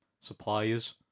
suppliers